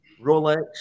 Rolex